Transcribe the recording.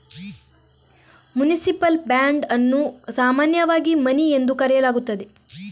municipal bond ಅನ್ನು ಸಾಮಾನ್ಯವಾಗಿ money ಎಂದು ಕರೆಯಲಾಗುತ್ತದೆ